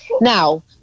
Now